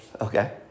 Okay